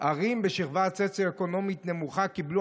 ערים בשכבה סוציו-אקונומית נמוכה קיבלו